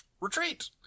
retreat